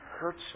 hurts